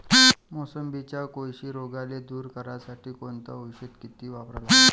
मोसंबीवरच्या कोळशी रोगाले दूर करासाठी कोनचं औषध किती वापरा लागन?